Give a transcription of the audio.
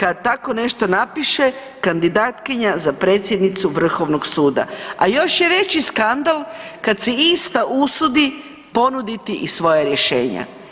kada tako nešto napiše kandidatkinja za predsjednicu Vrhovnog suda, a još je veći skandal kada se i sta usudi ponuditi i svoja rješenja.